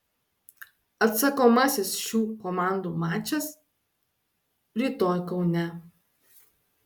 atsakomasis šių komandų mačas rytoj kaune